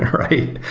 right?